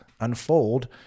unfold